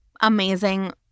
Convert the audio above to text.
amazing